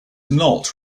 not